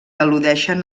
al·ludeixen